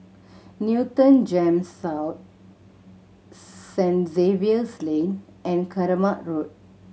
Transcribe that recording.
Newton GEMS South Saint Xavier's Lane and Kramat Road